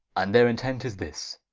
and their intent is this,